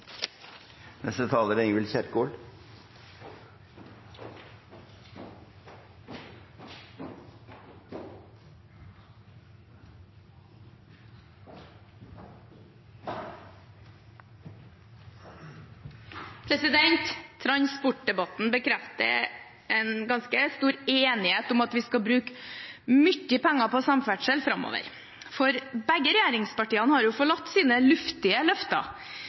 Transportdebatten bekrefter en ganske stor enighet om at vi skal bruke mye penger på samferdsel framover. For begge regjeringspartiene har jo forlatt sine luftige løfter.